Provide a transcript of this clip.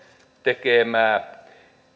tekemää